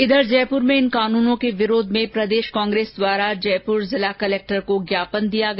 इधर जयपुर में इन कानूनों के विरोध में प्रदेश कांग्रेस द्वारा जयपुर जिला कलेक्टर को ज्ञापन दिया गया